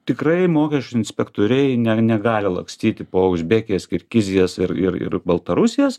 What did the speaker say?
tikrai mokesčių inspektoriai ne negali lakstyti po uzbekijas kirgizijas ir ir baltarusijas